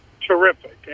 terrific